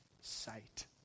sight